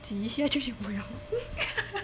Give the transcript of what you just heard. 挤一下就有了